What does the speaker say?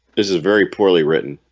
this is very poorly written